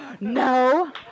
No